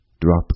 Drop